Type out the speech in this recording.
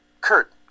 Kurt